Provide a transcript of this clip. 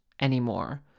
anymore